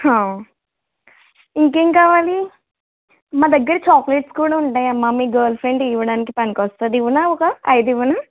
ఇంకా ఏమి కావాలి మా దగ్గర చాక్లెట్స్ కూడా ఉంటాయి అమ్మ మీ గర్ల్ ఫ్రెండ్ ఇవ్వడానికి పనికొస్తుంది ఇవ్వనా ఒక ఐదు ఇవ్వనా